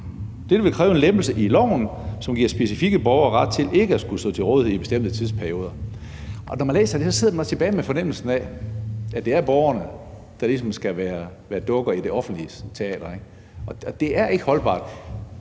Dette vil kræve en lempelse i loven, som giver specifikke borgere ret til ikke at skulle stå til rådighed i bestemte tidsperioder. Når man læser det her, sidder man tilbage med fornemmelsen af, at det er borgerne, der ligesom skal være dukker i det offentliges teater, og det er ikke holdbart.